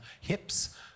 hips